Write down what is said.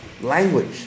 language